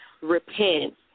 repent